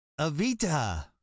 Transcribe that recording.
Avita